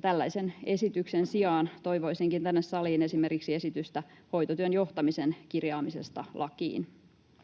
Tällaisen esityksen sijaan toivoisinkin tänne saliin esimerkiksi esitystä hoitotyön johtamisen kirjaamisesta lakiin.